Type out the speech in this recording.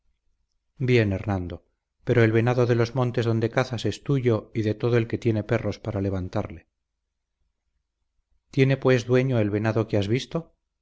bien hernando pero el venado de los montes donde cazas es tuyo y de todo el que tiene perros para levantarle tiene pues dueño el venado que has visto